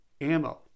ammo